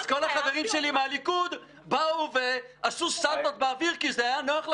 -- אז כל החברים שלי מהליכוד באו ועשו סלטות באוויר כי זה היה נוח לכם.